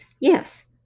Yes